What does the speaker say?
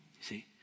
See